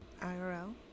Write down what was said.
IRL